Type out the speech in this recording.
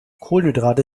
kohlenhydrate